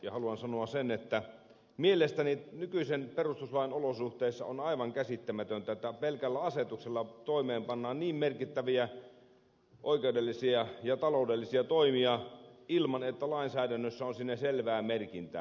haluan sanoa sen että mielestäni nykyisen perustuslain olosuhteissa on aivan käsittämätöntä että pelkällä asetuksella toimeenpannaan niin merkittäviä oikeudellisia ja taloudellisia toimia ilman että lainsäädännössä on siinä selvää merkintää